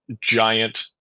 giant